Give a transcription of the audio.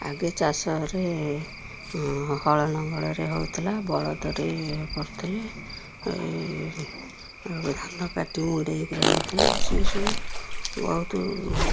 ଆଗେ ଚାଷରେ ହଳ ଲଙ୍ଗଳରେ ହଉଥିଲା ବଳଦରେ କରୁଥିଲେ ଧାନ କାଟି ମୁଣ୍ଡେଇକିରି ଆଣୁଥିଲେ ସେସବୁ ବହୁତ